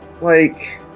Like-